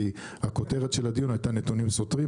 כי הכותרת של הדיון היה נתונים סותרים,